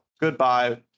Goodbye